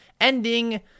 ending